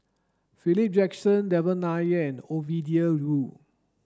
Philip Jackson Devan Nair and Ovidia Yu